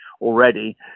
already